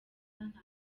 ntako